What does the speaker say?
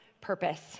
purpose